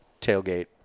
tailgate